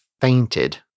fainted